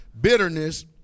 Bitterness